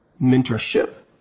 mentorship